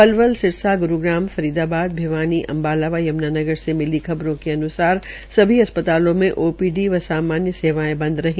पलवल सिरसा ग्रूग्राम फरीदाबाद भिवानी अम्बाला व यम्नानगर से मिली खबरों के अन्सार सभी अस्पतालों में ओपीडी व सामान्रू सेवायें बदं रही